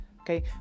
Okay